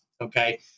Okay